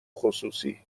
خصوصی